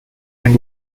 and